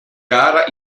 gara